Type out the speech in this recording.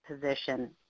position